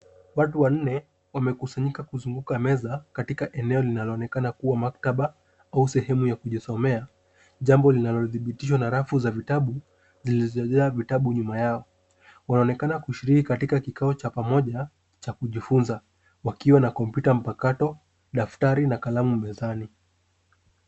Watu wanne wamekusanyika kuzunguka meza katika eneo linaloonekana kuwa maktaba au sehemu ya kujisomea jambo linalothibitishwa na rafu za vitabu zilizojaa vitabu nyuma yao. Wanaonekana kushiriki katika kikao cha pamoja cha kujifunza wakiwa na kompyuta mpakato, daftari na kalamu mezani.